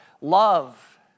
love